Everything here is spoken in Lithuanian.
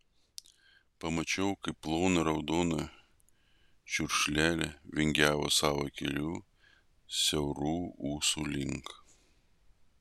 pamačiau kaip plona raudona čiurkšlelė vingiavo savo keliu siaurų ūsų link